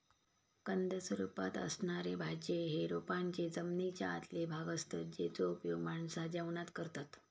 कंद स्वरूपात असणारे भाज्ये हे रोपांचे जमनीच्या आतले भाग असतत जेचो उपयोग माणसा जेवणात करतत